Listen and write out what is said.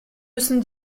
müssen